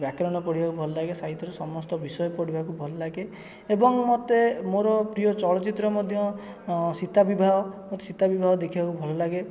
ବ୍ୟାକରଣ ପଢ଼ିବାକୁ ଭଲ ଲାଗେ ସାହିତ୍ୟର ସମସ୍ତ ବିଷୟ ପଢ଼ିବାକୁ ଭଲ ଲାଗେ ଏବଂ ମୋତେ ମୋର ପ୍ରିୟ ଚଳଚିତ୍ର ମଧ୍ୟ ସୀତା ବିବାହ ସୀତା ବିବାହ ଦେଖିବାକୁ ଭଲ ଲାଗେ